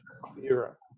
clearer